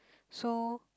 so